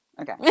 Okay